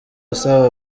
asaba